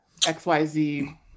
XYZ